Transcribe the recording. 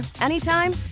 anytime